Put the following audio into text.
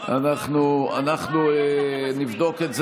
אנחנו נבדוק את זה,